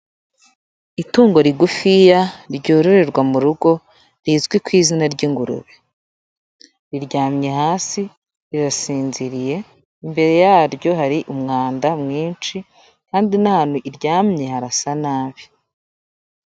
Itungo rigufiya ryororerwa mu rugo rizwi ku izina ry'ingurube, riryamye hasi rirasinziriye, imbere yaryo hari umwanda mwinshi kandi n'ahantu iryamye harasa nabi.